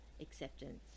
acceptance